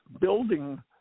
building